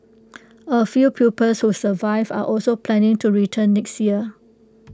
A few pupils who survived are also planning to return next year